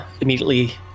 immediately